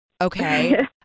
Okay